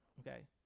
okay